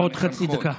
עוד חצי דקה.